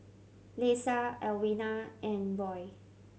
Leisa Alwina and Roy